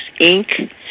Inc